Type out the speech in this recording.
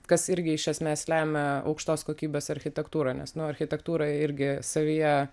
kas irgi iš esmės lemia aukštos kokybės architektūrą nes nu architektūra irgi savyje